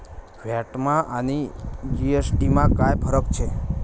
व्हॅटमा आणि जी.एस.टी मा काय फरक शे?